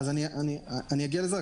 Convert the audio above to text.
אגיע לזה.